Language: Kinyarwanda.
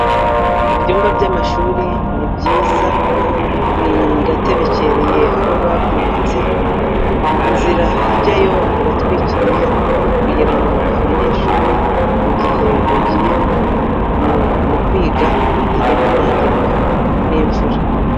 Ibyumba by'amashuri ni byiza, biratebekereye aho babyubatse, inzira ijyayo iratwikiriye kugirango abanyeshuri mu gihe bagiye mu kwiga batagenda banyagirwa n'imvura.